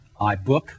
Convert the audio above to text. iBook